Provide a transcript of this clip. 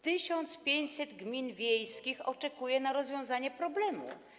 1500 gmin wiejskich oczekuje na rozwiązanie problemu.